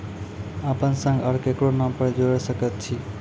अपन संग आर ककरो नाम जोयर सकैत छी?